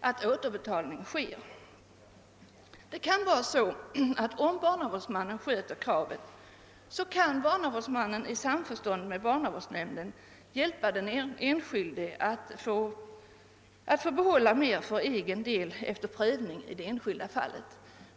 att återbetalning sker. Om barnavårdsmannen sköter kravet kan han i samförstånd med barnavårdsnämnden hjälpa den enskilde att få behålla mer för egen del efter prövning i det enskilda fallet.